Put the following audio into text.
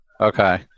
Okay